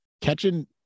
catching